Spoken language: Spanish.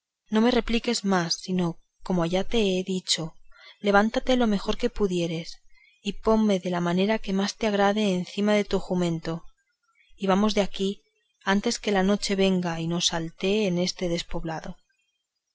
no me repliques más sino como ya te he dicho levántate lo mejor que pudieres y ponme de la manera que más te agradare encima de tu jumento y vamos de aquí antes que la noche venga y nos saltee en este despoblado